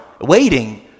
waiting